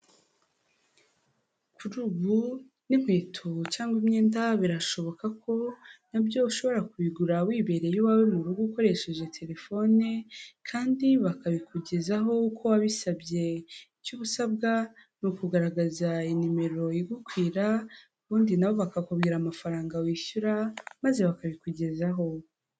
Kuri ubu, n'inkweto cyangwa imyenda, birashoboka ko nabyo ushobora kubigura wibereye iwawe mu rugo ukoresheje telefone, kandi bakabikugezaho uko wabisabye, icyo uba usabwa ni ukugaragaza nimero igukwira, ubundi nabo bakakubwira amafaranga wishyura, maze bakabikugezaho.